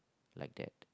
like that